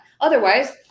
Otherwise